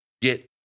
get